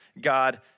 God